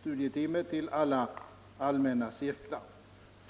studietimme till alla allmänna cirklar.